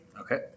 okay